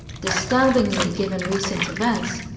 disturbingly given recent events,